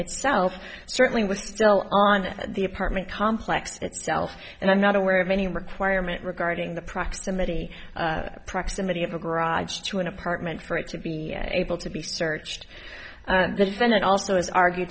itself certainly was still on the apartment complex itself and i'm not aware of any requirement regarding the proximity proximity of a garage to an apartment for it to be able to be searched the defendant also has argue